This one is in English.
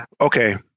Okay